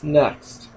next